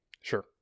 Sure